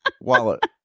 wallet